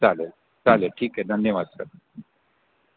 चालेल चालेल ठीक आहे धन्यवाद सर